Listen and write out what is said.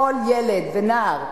כל ילד ונער,